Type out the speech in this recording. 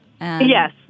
Yes